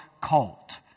cult